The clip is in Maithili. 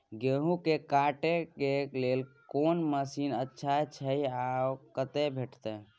गेहूं के काटे के लेल कोन मसीन अच्छा छै आर ओ कतय भेटत?